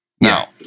Now